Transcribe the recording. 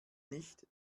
nicht